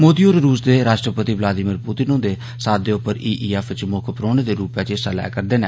मोदी होर रूस दे राष्ट्रपति ब्लादिमीर पुतिन हुंदे साद्दे उप्पर ई ई एफ च मुक्ख परौहने दे रूपै च हिस्सा लै'रदे न